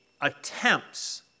attempts